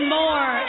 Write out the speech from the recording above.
more